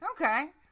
Okay